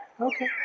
Okay